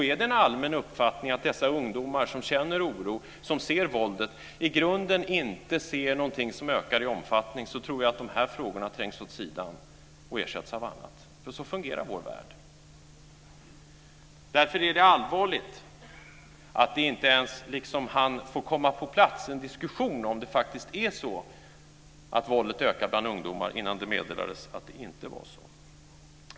Är det en allmän uppfattning att de ungdomar som känner oro, som ser våldet, i grunden inte ser någonting som ökar i omfattning så tror jag att de här frågorna trängs åt sidan och ersätts av annat. Så fungerar vår värld. Därför är det allvarligt att det inte ens hann få komma en diskussion om huruvida det faktiskt är så att våldet ökar bland ungdomar innan det meddelades att det inte var så.